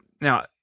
now